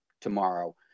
tomorrow